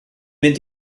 mynd